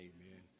Amen